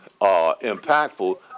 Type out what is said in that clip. impactful